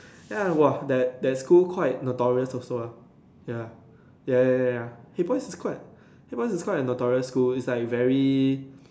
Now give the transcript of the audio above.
ya !wah! that that school quite notorious also ah ya ya ya ya ya haig boys' is quite Haig Boys' is quite a notorious school is like very